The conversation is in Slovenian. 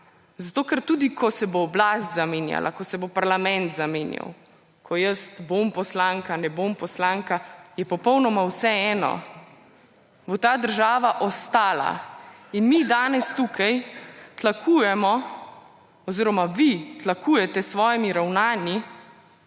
Zato, ker tudi, ko se bo oblast zamenjala, ko se bo parlament zamenjal, ko jaz bom poslanka, ne bom poslanka, je popolnoma vseeno, bo ta država ostala. Mi danes tukaj tlakujemo – oziroma vi tlakujete s svojimi ravnanji